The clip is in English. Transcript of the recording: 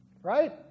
Right